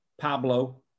Pablo